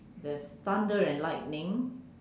there's thunder and lightning